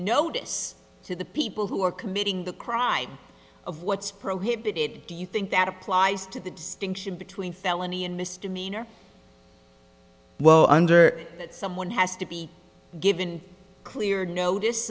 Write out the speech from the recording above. notice to the people who are committing the crime of what's prohibited do you think that applies to the distinction between felony and misdemeanor well under that someone has to be given clear notice